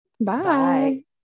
Bye